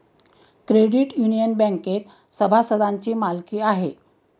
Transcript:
credit union बँकेत सभासदांची मालकी आहे